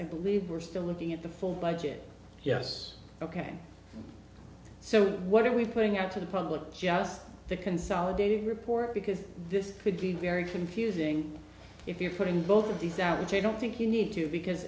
i believe we're still looking at the full budget yes ok so what are we putting out to the public just the consolidated report because this could be very confusing if you're putting both of these out which i don't think you need to because